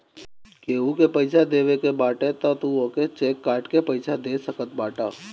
केहू के पईसा देवे के बाटे तअ तू ओके चेक काट के पइया दे सकत बाटअ